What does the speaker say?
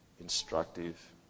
instructive